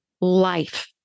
life